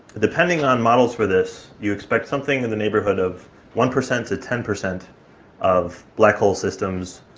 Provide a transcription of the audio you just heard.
depending on models for this, you expect something in the neighborhood of one percent to ten percent of black hole systems,